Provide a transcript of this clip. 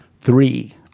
three